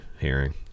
hearing